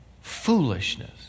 foolishness